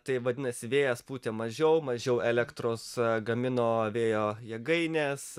tai vadinasi vėjas pūtė mažiau mažiau elektros gamino vėjo jėgainės